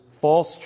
false